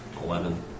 eleven